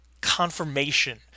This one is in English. confirmation